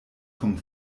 vom